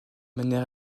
manière